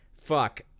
Fuck